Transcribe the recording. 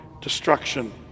destruction